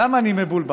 למה אני מבולבל?